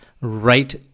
right